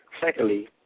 Secondly